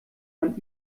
man